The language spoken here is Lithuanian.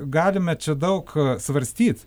galime čia daug svarstyt